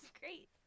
Great